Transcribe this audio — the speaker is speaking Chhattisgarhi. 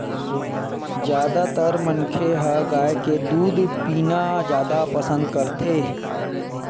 जादातर मनखे ह गाय के दूद पीना जादा पसंद करथे